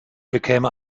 bekäme